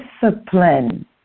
discipline